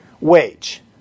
wage